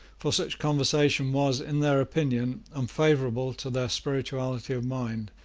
for such conversation was, in their opinion, unfavourable to their spirituality of mind,